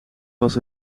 was